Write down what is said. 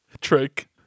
Trick